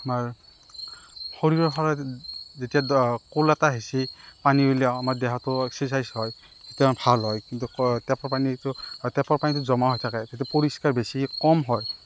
আমাৰ শৰীৰৰ ফালে যেতিয়া কল এটা আহিছে পানী উলিয়াও আমাৰ দেহাটো এক্সেছাইজ হয় কিমান ভাল হয় কিন্তু টেপৰ পানীটো টেপৰ পানীটো জমা হৈ থাকে সেইটো পৰিষ্কাৰ বেছি কম হয়